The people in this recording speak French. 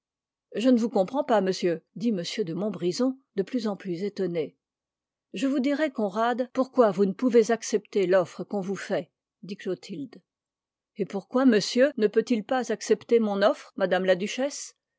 je ne vous comprends pas monsieur dit m de montbrison de plus en plus étonné je vous dirai conrad pourquoi vous ne pouvez accepter l'offre qu'on vous fait dit clotilde et pourquoi monsieur ne peut-il pas accepter mon offre madame la duchesse